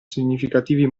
significativi